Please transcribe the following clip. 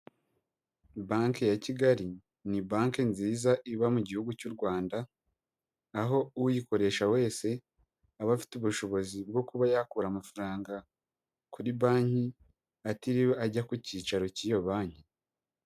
Banki ya Kigali ni banki nziza iba mu gihugu cy'u Rwanda aho uyikoresha wese aba afite ubushobozi bwo kuba yakura amafaranga kuri banki, atiriwe ajya ku cyicaro cy'iyo banki.